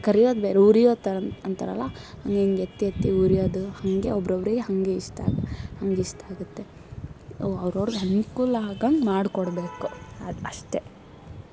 ಕರಿಯೋದು ಬೇರೆ ಉರಿಯೋ ಥರ ಅಂತಾರಲ್ಲ ಹಂಗಿಂಗೆ ಎತ್ತೆತ್ತಿ ಉರಿಯೋದು ಹಾಗೆ ಒಬ್ಬರೊಬ್ರಿಗೆ ಹಾಗೆ ಇಷ್ಟ ಅದು ಹಾಗಿಷ್ಟ ಆಗುತ್ತೆ ಓ ಅವ್ರವ್ರ್ಗೆ ಅನುಕೂಲ ಹಾಗಂಗೆ ಮಾಡಿ ಕೊಡ್ಬೇಕು ಅದು ಅಷ್ಟೇ